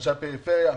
שאנשי הפריפריה,